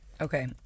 okay